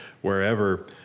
wherever